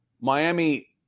Miami